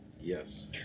yes